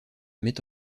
met